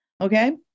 okay